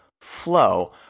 flow